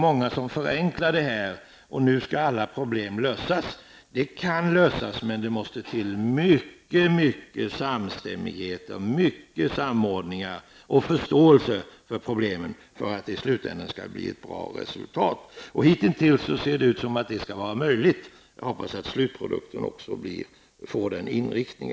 Många förenklar det hela och säger att alla problem nu skall lösas. Problemen kan lösas, men det måste till mycket samstämmighet, mycket samordning och förståelse för att det i slutändan skall bli ett bra resultat. Hittills ser det ut som att det skall bli möjligt, och jag hoppas att slutprodukten får denna inriktning.